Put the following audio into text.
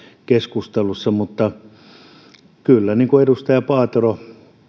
keskustelussa mutta niin kuin edustaja paatero